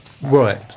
Right